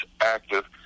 active